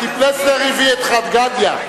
כי פלסנר הביא את "חד גדיא".